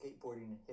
skateboarding